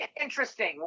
interesting